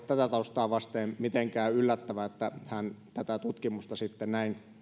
tätä taustaa vasten ei ole mitenkään yllättävää että hän tätä tutkimusta sitten näin